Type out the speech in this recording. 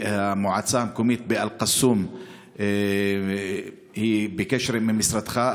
המועצה המקומית באל-קסום בקשר עם משרדך.